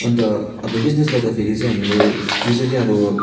अन्त अब बिजनेस गर्दा फेरि चाहिँ हामीले युजअली अब